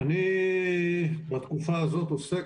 אני בתקופה הזאת עוסק,